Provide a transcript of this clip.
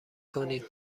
کنیم